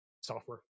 software